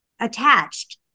attached